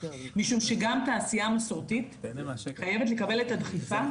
זאת מכיוון שגם תעשייה מסורתית חייבת לקבל את הדחיפה,